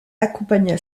accompagna